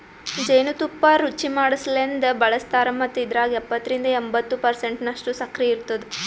ಜೇನು ತುಪ್ಪ ರುಚಿಮಾಡಸಲೆಂದ್ ಬಳಸ್ತಾರ್ ಮತ್ತ ಇದ್ರಾಗ ಎಪ್ಪತ್ತರಿಂದ ಎಂಬತ್ತು ಪರ್ಸೆಂಟನಷ್ಟು ಸಕ್ಕರಿ ಇರ್ತುದ